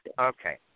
Okay